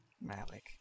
Malik